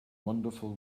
wonderful